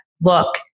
look